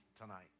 tonight